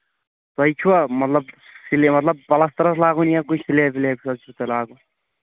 تۄہہِ چھُ ہا مطلب سلیب مطلب پلسٹرس لاگُن یا کُنہِ سِلیٚب وِلیٚب خٲطرٕ چھُ تۅہہِ لاگُن